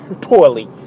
poorly